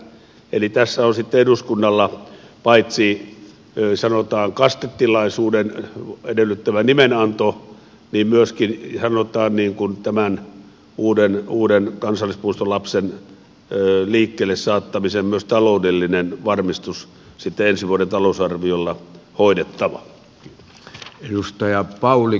eli tässä on sitten eduskunnan paitsi sanotaan kastetilaisuuden edellyttämä nimenanto niin myöskin sanotaan myös taloudellinen varmistus tämän uuden kansallispuistolapsen liikkeelle saattamiseen ensi vuoden talousarviolla hoidettava